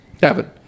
Kevin